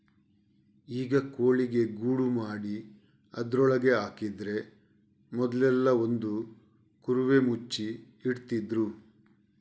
ಈಗ ಕೋಳಿಗೆ ಗೂಡು ಮಾಡಿ ಅದ್ರೊಳಗೆ ಹಾಕಿದ್ರೆ ಮೊದ್ಲೆಲ್ಲಾ ಒಂದು ಕುರುವೆ ಮುಚ್ಚಿ ಇಡ್ತಿದ್ರು